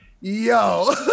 yo